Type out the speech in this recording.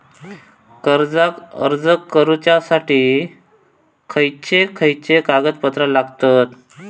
कर्जाक अर्ज करुच्यासाठी खयचे खयचे कागदपत्र लागतत